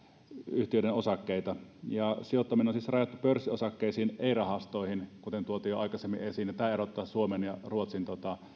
yhtiöiden osakkeita sijoittaminen on siis rajattu pörssiosakkeisiin ei rahastoihin kuten tuotiin jo aikaisemmin esiin ja jo tämä erottaa suomen ja ruotsin